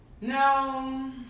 No